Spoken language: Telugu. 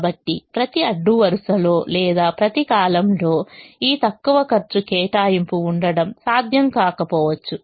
కాబట్టి ప్రతి అడ్డు వరుసలో లేదా ప్రతి కాలమ్లో ఈ తక్కువ ఖర్చు కేటాయింపు ఉండడం సాధ్యం కాకపోవచ్చు